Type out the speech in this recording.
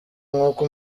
nkuko